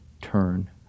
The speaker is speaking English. turn